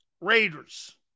Raiders